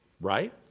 right